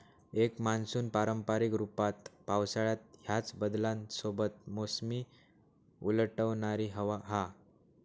एक मान्सून पारंपारिक रूपात पावसाळ्यात ह्याच बदलांसोबत मोसमी उलटवणारी हवा हा